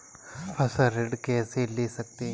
फसल ऋण कैसे ले सकते हैं?